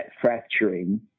fracturing –